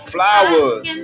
Flowers